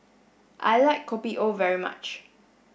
I like Kopi O very much